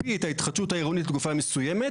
מקפיא את ההתחדשות העירונית לתקופה מסוימת,